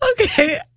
Okay